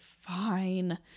fine